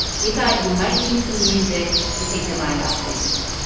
we thought you might need some music to take your mind off things